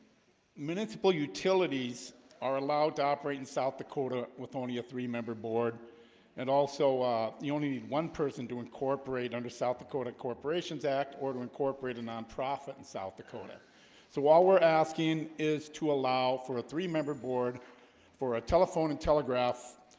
municipal utilities are allowed to operate in south dakota with only a three member board and also the only need one person to incorporate under south dakota corporations act or to incorporate a non-profit in south dakota so while we're asking is to allow for a three member board for a telephone and telegraph?